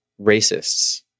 racists